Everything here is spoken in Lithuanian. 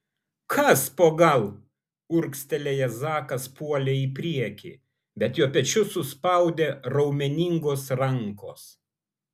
kas po gal urgztelėjęs zakas puolė į priekį bet jo pečius suspaudė raumeningos rankos